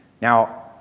Now